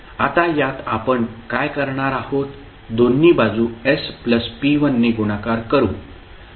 आता यात आपण काय करणार आहोत दोन्ही बाजू s प्लस p1 ने गुणाकार करू